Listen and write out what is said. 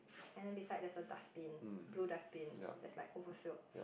and then beside there's a dustbin blue dustbin that's like overfilled